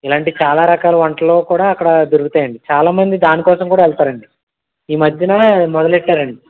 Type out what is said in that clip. ఇలాంటి చాలా రకాల వంటలు కూడా అక్కడ దొరుకుతాయండి చాలామంది దానికోసం కూడా వెళ్తారు అండి ఈ మధ్య మొదలు పెట్టారు అండి